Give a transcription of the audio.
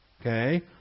Okay